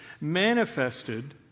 manifested